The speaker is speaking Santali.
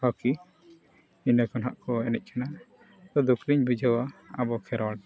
ᱦᱚᱸᱠᱤ ᱤᱱᱟᱹ ᱠᱚ ᱱᱟᱦᱟᱜ ᱠᱚ ᱮᱱᱮᱡ ᱠᱟᱱᱟ ᱤᱧᱫᱚ ᱫᱩᱠᱷᱤᱧ ᱵᱩᱡᱷᱟᱹᱣᱟ ᱟᱵᱚ ᱠᱷᱮᱨᱣᱟᱲ